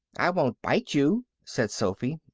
i won't bite you, said sophy.